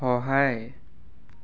সহায়